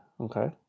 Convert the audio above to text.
okay